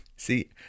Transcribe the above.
See